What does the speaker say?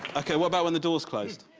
ok, what about when the door's closed?